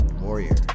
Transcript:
warrior